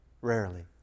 Rarely